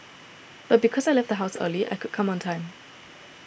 but because I left the house early I could come on time